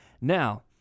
Now